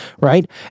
right